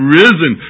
risen